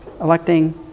electing